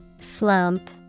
Slump